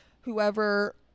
Whoever